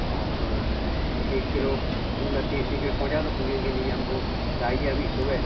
और एक किलो फूल है पेसी के लिए पहुँचा दो पूजन के लिए हमको चाहिए अभी सुबह